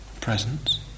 presence